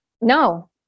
No